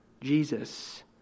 Jesus